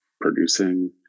producing